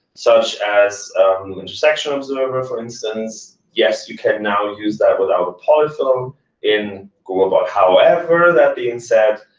such as the intersection observer, for instance, yes, you can now use that without a polyfill in googlebot. however, that being said,